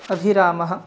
अभिरामः